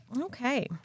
Okay